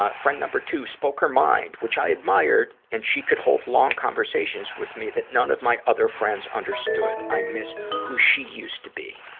ah friend number two spoke her mind, which i admired, and she could hold long conversations with me that none of my other friends understood. i miss who she used to be.